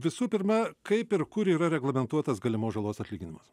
visų pirma kaip ir kur yra reglamentuotas galimos žalos atlyginimas